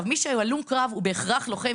מי שהלום קרב, הוא בהכרח לוחם.